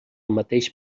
mateix